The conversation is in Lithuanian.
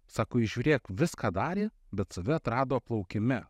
sako jis žiūrėk viską darė bet save atrado plaukime